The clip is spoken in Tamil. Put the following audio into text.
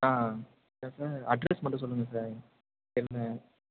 ஆ என்ன சார் அட்ரஸ் மட்டும் சொல்லுங்கள் சார் எழுதுகிறேன்